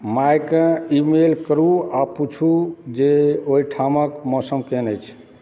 माइके email करू आ पूछू जे ओहि ठामक मौसम केहन अछि